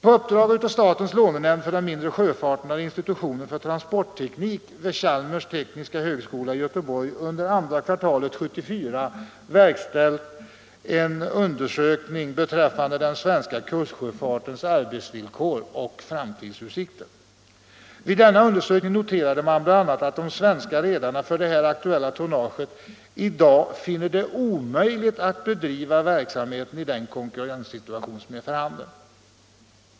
På uppdrag av statens lånenämnd för den mindre sjöfarten har institutionen för transportteknik vid Chalmers tekniska högskola i Göteborg under andra kvartalet 1974 verkställt en undersökning beträffande den svenska kustsjöfartens arbetsvillkor och framtidsutsikter. Vid denna undersökning noterade man bl.a. att de svenska redarna för det här aktuella tonnaget i dag finner det omöjligt att bedriva verksamheten i den konkurrenssituation som är för handen.